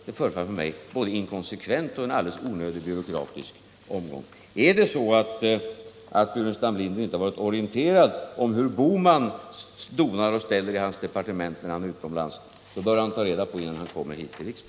Det förefaller mig vara både in konsekvent och en alldeles onödig byråkratisk omgång. Är det så att Staffan Burenstam Linder inte varit orienterad om hur Gösta Bohman donar och ställer i handelsministerns departement när han är utomlands, bör han ta reda på det innan han går hit till riksdagen.